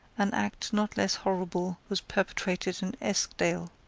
an act not less horrible was perpetrated in eskdale.